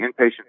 inpatient